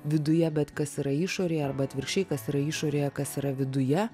viduje bet kas yra išorėj arba atvirkščiai kas yra išorėje kas yra viduje